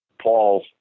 Paul